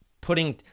putting